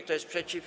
Kto jest przeciw?